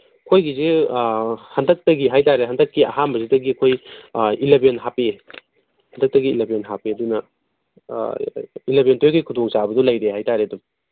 ꯑꯩꯈꯣꯏꯒꯤꯁꯦ ꯍꯟꯗꯛꯇꯒꯤ ꯍꯥꯏ ꯇꯥꯔꯦ ꯍꯟꯗꯛꯀꯤ ꯑꯍꯥꯟꯕꯁꯤꯗꯒꯤ ꯑꯩꯈꯣꯏ ꯑꯦꯂꯕꯦꯟ ꯍꯥꯞꯄꯛꯑꯦ ꯍꯟꯗꯛꯇꯒꯤ ꯑꯦꯂꯕꯦꯟ ꯍꯥꯞꯄꯦ ꯑꯗꯨꯅ ꯑꯦꯂꯕꯦꯟ ꯇ꯭ꯋꯦꯜꯐꯀꯤ ꯈꯨꯗꯣꯡꯆꯥꯕꯗꯨ ꯂꯩꯔꯦ ꯍꯥꯏꯇꯥꯔꯦ ꯑꯗꯨꯝ